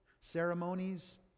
ceremonies